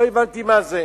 לא הבנתי מה זה.